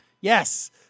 Yes